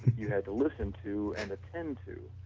you had to listen to and attend to.